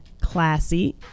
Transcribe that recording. classy